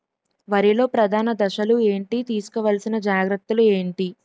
వరిలో ప్రధాన దశలు ఏంటి? తీసుకోవాల్సిన జాగ్రత్తలు ఏంటి?